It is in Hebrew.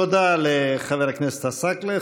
תודה לחבר הכנסת עסאקלה.